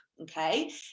Okay